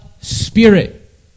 Spirit